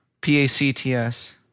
P-A-C-T-S